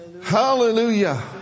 Hallelujah